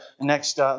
next